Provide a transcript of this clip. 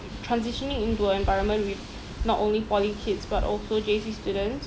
transitioning into a environment with not only poly kids but also J_C students